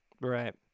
Right